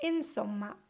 Insomma